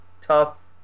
tough